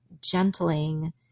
gentling